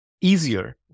easier